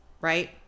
right